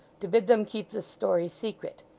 to bid them keep this story secret.